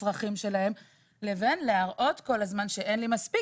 הצרכים שלהם לבין להראות כל הזמן שאין לי מספיק